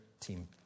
team